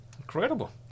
Incredible